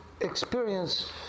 experience